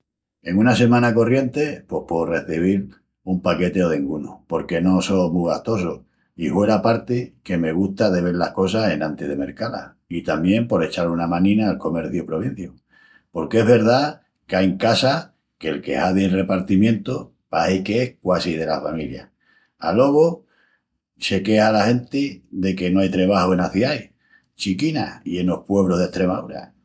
En una semana corrienti pos pueu recebil un paqueti o dengunu porque no so mu gastosu i hueraparti que me gusta de vel las cosas enantis de mercá-las. I tamién por echal una manina al comerciu provinciu. Porque es verdá qu'ain casas que'l que hazi el repartimientu pahi qu'es quasi dela familia. Alogu se quexa la genti de que no ai trebaju enas ciais chiquinas i enos puebrus d'Estremaúra...